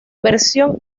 versión